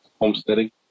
homesteading